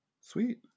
Sweet